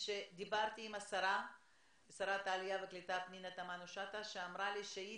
עם האמריקאים ועם החברה שאנחנו שוכרים ממנה את